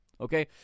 Okay